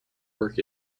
work